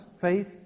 Faith